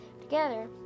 together